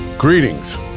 Greetings